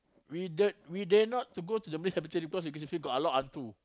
we dare we dare not to go to the main cemetery cause the cemetery got a lot of hantu